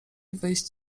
wyjść